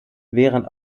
während